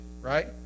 right